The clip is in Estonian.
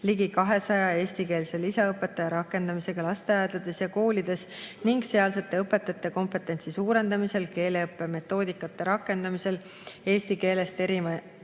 ligi 200 eestikeelse lisaõpetaja rakendamisega lasteaedades ja koolides ning sealsete õpetajate kompetentsi suurendamisel keeleõppemetoodikate rakendamisel eesti keelest erineva